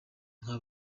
nka